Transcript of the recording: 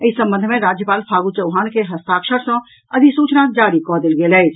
एहि संबंध मे राज्यपाल फागू चौहान के हस्ताक्षर सॅ अधिसूचना जारी कऽ देल गेल अछि